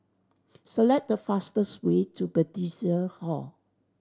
select the fastest way to Bethesda Hall